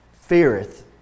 feareth